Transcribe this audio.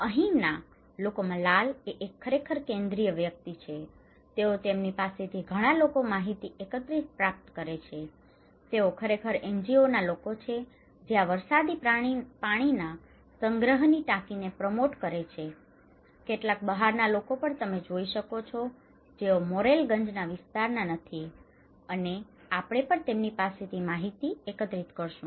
અહીંના લોકોમાં લાલ એ એક ખરેખર કેન્દ્રીય વ્યક્તિ છે તેઓ તેમની પાસેથી ઘણા લોકો માહિતી એકત્રિત પ્રાપ્ત કરે છે તેઓ ખરેખર એનજીઓના લોકો છે જે આ વરસાદી પાણીના સંગ્રહની ટાંકીને પ્રોમોટ promote પ્રોત્સાહિત કરે છે અને કેટલાક બહારના લોકો પણ તમે જોઈ શકો છો કે જેઓ મોરેલગંજ વિસ્તારના નથી અને આપણે પણ તેમની પાસેથી માહિતી પણ એકત્રિત કરીશું